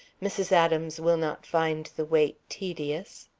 mrs. adams will not find the wait tedious.